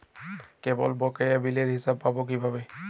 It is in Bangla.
কেবলের বকেয়া বিলের হিসাব পাব কিভাবে?